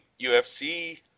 UFC